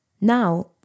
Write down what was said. Now